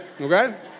okay